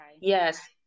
Yes